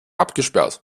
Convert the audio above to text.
abgesperrt